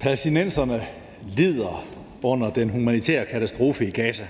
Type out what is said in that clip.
Palæstinenserne lider under den humanitære katastrofe i Gaza,